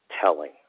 telling